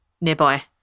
nearby